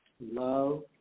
love